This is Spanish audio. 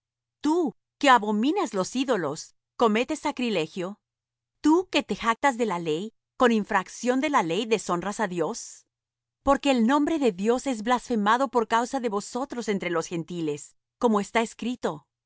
tú que abominas los ídolos cometes sacrilegio tú que te jactas de la ley con infracción de la ley deshonras á dios porque el nombre de dios es blasfemado por causa de vosotros entre los gentiles como está esctrito